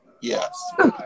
Yes